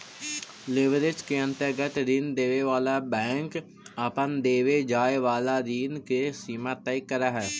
leverage के अंतर्गत ऋण देवे वाला बैंक अपन देवे जाए वाला ऋण के सीमा तय करऽ हई